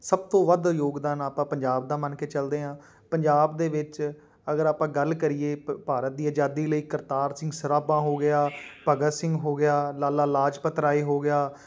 ਸਭ ਤੋਂ ਵੱਧ ਯੋਗਦਾਨ ਆਪਾਂ ਪੰਜਾਬ ਦਾ ਮੰਨ ਕੇ ਚੱਲਦੇ ਹਾਂ ਪੰਜਾਬ ਦੇ ਵਿੱਚ ਅਗਰ ਆਪਾਂ ਗੱਲ ਕਰੀਏ ਭਾਰਤ ਦੀ ਆਜ਼ਾਦੀ ਲਈ ਕਰਤਾਰ ਸਿੰਘ ਸਰਾਭਾ ਹੋ ਗਿਆ ਭਗਤ ਸਿੰਘ ਹੋ ਗਿਆ ਲਾਲਾ ਲਾਜਪਤ ਰਾਏ ਹੋ ਗਿਆ